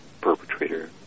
perpetrator